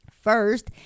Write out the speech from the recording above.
First